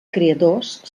creadors